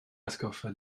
atgoffa